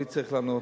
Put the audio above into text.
מי צריך לענות.